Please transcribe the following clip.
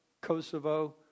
Kosovo